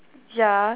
ya